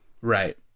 right